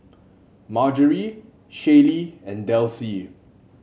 Marjory Shaylee and Delsie